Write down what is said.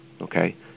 okay